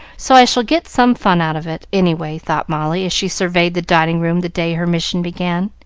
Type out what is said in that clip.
so i shall get some fun out of it, any way, thought molly, as she surveyed the dining-room the day her mission began.